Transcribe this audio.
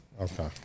Okay